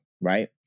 right